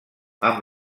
amb